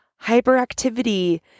hyperactivity